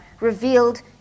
revealed